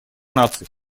наций